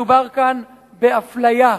מדובר כאן באפליה.